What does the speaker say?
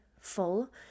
full